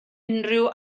unrhyw